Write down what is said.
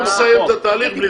לא נסיים את התהליך בלי זה.